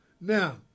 Now